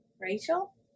Rachel